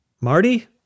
Marty